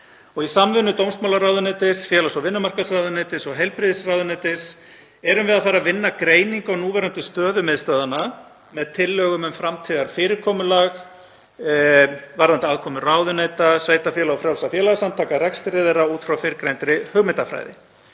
Í samvinnu dómsmálaráðuneytis, félags- og vinnumarkaðsráðuneytis og heilbrigðisráðuneytis erum við að fara að vinna greiningu á núverandi stöðu miðstöðvanna með tillögum um framtíðarfyrirkomulag varðandi aðkomu ráðuneyta, sveitarfélaga og frjálsra félagasamtaka að rekstri þeirra út frá fyrrgreindri hugmyndafræði.